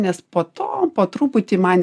nes po to po truputį man